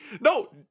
No